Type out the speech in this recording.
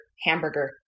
hamburger